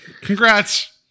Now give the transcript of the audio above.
congrats